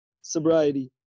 sobriety